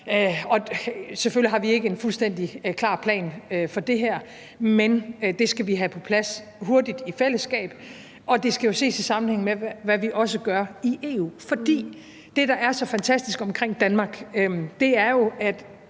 selvfølgelig har vi ikke en fuldstændig klar plan for det, men det skal vi have på plads hurtigt i fællesskab. Det skal ses i sammenhæng med, hvad vi også gør i EU, for det, der er så fantastisk ved Danmark, er, at